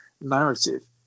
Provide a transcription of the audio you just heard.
narrative